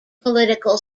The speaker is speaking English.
political